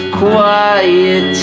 quiet